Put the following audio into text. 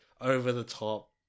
over-the-top